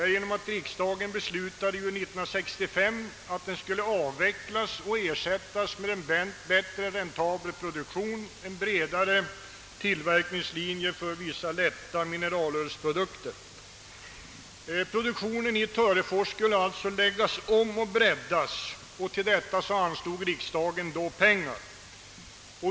Redan 1965 beslöt riksdagen att den skulle avvecklas och ersättas med en mera räntabel produktion, en bredare tillverkningslinje för vissa lätta mineralullprodukter. Produktionen i Törefors skulle alltså läggas om och breddas, och för detta ändamål anslog riksdagen pengar.